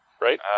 right